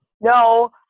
no